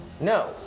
No